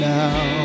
now